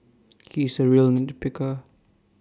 he is A real nit picker